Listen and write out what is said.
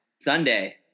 Sunday